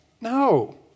No